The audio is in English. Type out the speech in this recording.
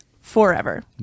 forever